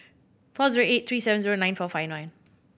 four zero eight three seven nine four five one